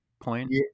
point